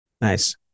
Nice